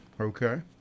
Okay